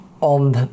on